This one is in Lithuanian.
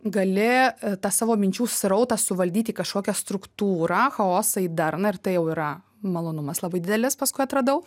gali tą savo minčių srautą suvaldyt į kažkokią struktūrą chaosą į darną ir tai jau yra malonumas labai didelis paskui atradau